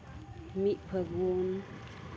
ᱢᱤᱫ ᱯᱷᱟᱹᱜᱩᱱ